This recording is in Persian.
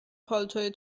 پالتوی